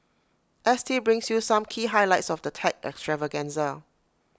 S T brings you some key highlights of the tech extravaganza